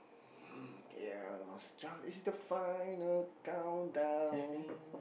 okay ya John is the final countdown